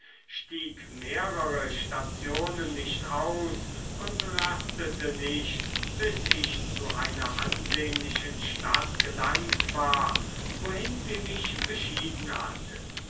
stieg mehrere stationen nicht aus und rastete nicht bis ich zu einer ansehnlichen stadt gelangt war wohin sie mich beschieden hatte